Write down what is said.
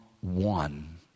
one